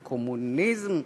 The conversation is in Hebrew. בקומוניזם,